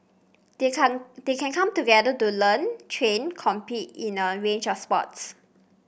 they can they can come together to learn train compete in a range of sports